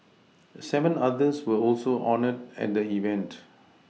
seven others were also honoured at the event